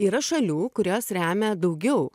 yra šalių kurios remia daugiau